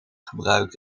gebruikt